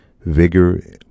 vigor